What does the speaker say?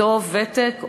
אותו ותק,